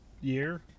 year